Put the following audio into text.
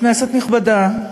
כנסת נכבדה,